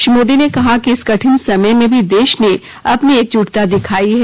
श्री मोदी ने कहा कि इस कठिन समय में भी देश ने अपनी एकजुटता दिखाई है